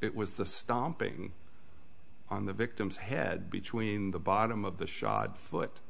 it was the stomping on the victim's head between the bottom of the shod foot